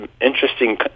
interesting